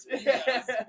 Yes